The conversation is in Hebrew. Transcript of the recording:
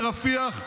אל תיכנסו לרפיח,